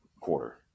quarter